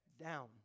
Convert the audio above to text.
Down